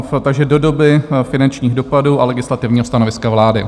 Takže do doby finančních dopadů a legislativního stanoviska vlády.